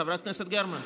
חברת הכנסת גרמן,